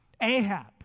Ahab